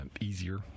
easier